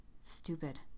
Stupid